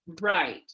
Right